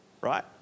Right